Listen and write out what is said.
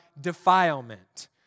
defilement